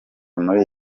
muri